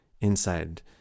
inside